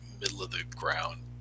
middle-of-the-ground